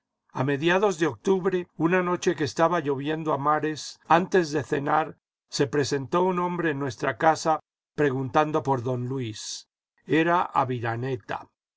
a mediados de octubre una noche que estaba lloviendo a mares antes de cenar se presentó un hombre en nuestra casa preguntando por don luis era aviraneta